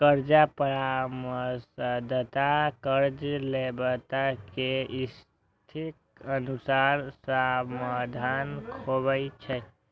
कर्ज परामर्शदाता कर्ज लैबला के स्थितिक अनुसार समाधान खोजै छै